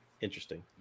Interesting